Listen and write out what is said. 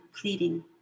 pleading